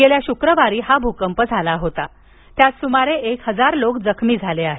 गेल्या शुक्रवारी हा भूकंप झाला होता त्यात सुमारे एक हजार लोक जखमी झाले आहेत